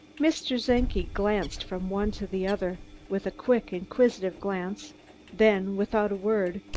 mr. czenki glanced from one to the other with quick, inquisitive glance then, without a word,